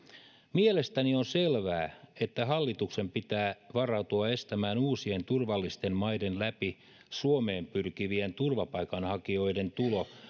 mielestäni on selvää että hallituksen pitää varautua estämään uusien turvallisten maiden läpi suomeen pyrkivien turvapaikanhakijoiden tulo